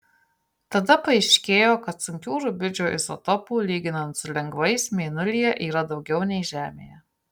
tada paaiškėjo kad sunkių rubidžio izotopų lyginant su lengvais mėnulyje yra daugiau nei žemėje